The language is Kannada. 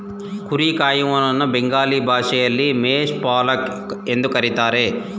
ಕುರಿ ಕಾಯುವನನ್ನ ಬೆಂಗಾಲಿ ಭಾಷೆಯಲ್ಲಿ ಮೇಷ ಪಾಲಕ್ ಎಂದು ಕರಿತಾರೆ